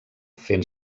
fent